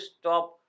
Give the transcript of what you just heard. stop